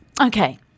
Okay